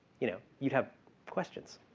you know, you have questions.